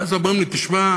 ואז אומרים לי: תשמע,